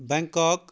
Bangkok